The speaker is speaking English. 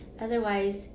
Otherwise